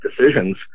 decisions